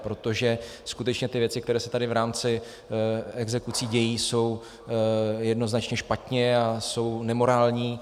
Protože skutečně ty věci, které se tady v rámci exekucí dějí, jsou jednoznačně špatně a jsou nemorální.